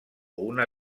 una